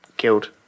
killed